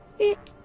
it.